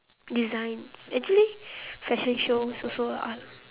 design actually fashion shows also art